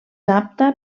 apta